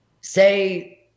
say